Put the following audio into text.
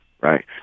right